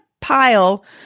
pile –